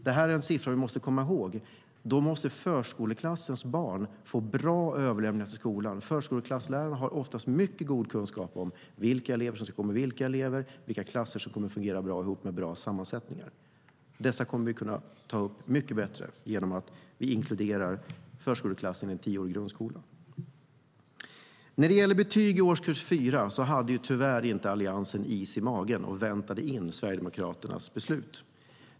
Det här är en siffra som vi måste komma ihåg. Då måste förskoleklassens barn få bra överlämning till skolan. Förskoleklasslärarna har oftast mycket god kunskap om vilka elever som ska gå med vilka elever, vilka klasser som kommer att fungera bra ihop och med bra sammansättningar. Dessa kunskaper kommer att kunna tas upp mycket bättre genom att förskoleklassen inkluderas i en tioårig grundskola. När det gäller betyg i årskurs 4 hade tyvärr inte Alliansen is i magen att vänta in Sverigedemokraternas beslut.